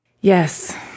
Yes